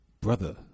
brother